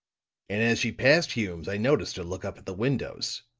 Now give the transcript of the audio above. and as she passed hume's i noticed her look up at the windows.